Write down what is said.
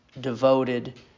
devoted